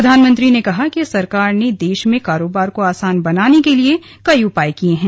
प्रधानमंत्री ने कहा कि सरकार ने देश में कारोबार को आसान बनाने के लिए कई उपाय किये हैं